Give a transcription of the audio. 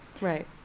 Right